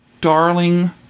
darling